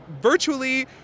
virtually